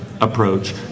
approach